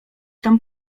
tam